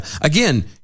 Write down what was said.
Again